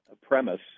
premise